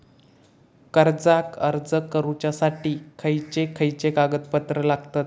कर्जाक अर्ज करुच्यासाठी खयचे खयचे कागदपत्र लागतत